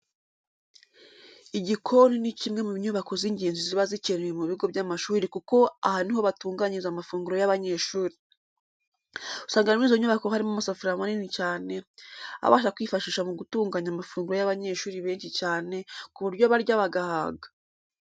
Igikoni ni kimwe mu nyubako z'ingenzi ziba zikenewe mu bigo by'amashuri kuko aha ni ho batunganyiriza amafunguro y'abanyeshuri. Usanga muri izo nyubako harimo amasafuriya manini cyane abasha kwifashisha mu gutunganya amafunguro y'abanyeshuri benshi cyane ku buryo barya bagahaga.